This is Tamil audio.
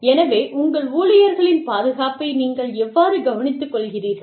எனவே உங்கள் ஊழியர்களின் பாதுகாப்பை நீங்கள் எவ்வாறு கவனித்துக்கொள்கிறீர்கள்